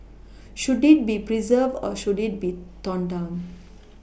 should it be pReserved or should it be torn down